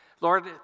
Lord